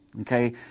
Okay